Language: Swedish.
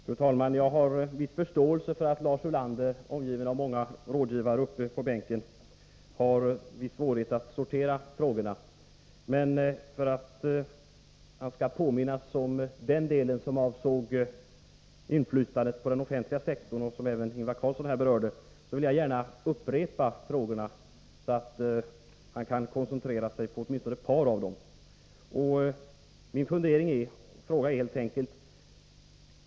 Fru talman! Jag har viss förståelse för att Lars Ulander omgiven av många rådgivare uppe på bänken har viss svårighet att sortera frågorna. Men för att han skall påminnas om den del som avsåg inflytandet på den offentliga sektorn, vilket även Ingvar Karlsson i Bengtsfors berörde, vill jag gärna upprepa frågorna så att han kan koncentrera sig på åtminstone ett par av dem.